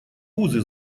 узы